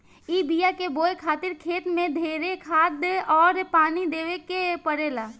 ए बिया के बोए खातिर खेत मे ढेरे खाद अउर पानी देवे के पड़ेला